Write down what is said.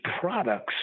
products